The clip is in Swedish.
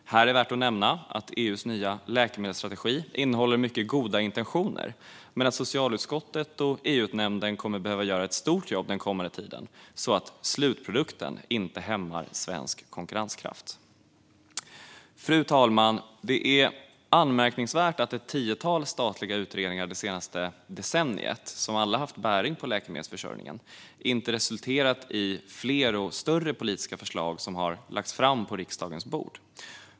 Här är det värt att nämna att EU:s nya läkemedelsstrategi innehåller mycket goda intentioner. Socialutskottet och EU-nämnden kommer dock att behöva göra ett stort jobb den kommande tiden så att slutprodukten inte hämmar svensk konkurrenskraft. Fru talman! Det är anmärkningsvärt att ett tiotal statliga utredningar det senaste decenniet, som alla haft bäring på läkemedelsförsörjningen, inte har resulterat i att fler och större politiska förslag har lagts fram på riksdagens bord.